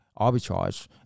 arbitrage